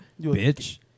bitch